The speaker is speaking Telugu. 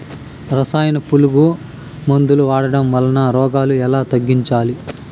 రసాయన పులుగు మందులు వాడడం వలన రోగాలు ఎలా తగ్గించాలి?